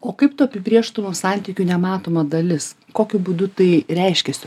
o kaip tu apibrėžtum santykių nematoma dalis kokiu būdu tai reiškiasi